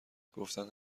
گفتند